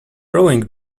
rowing